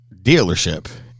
dealership